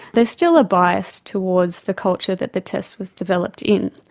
there is still a bias towards the culture that the test was developed in.